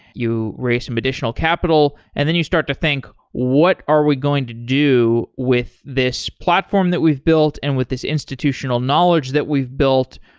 you raise some additional capital, and then you start to think, what are we going to do with this platform that we've built and with this institutional knowledge that we've built?